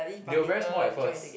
they were very small at first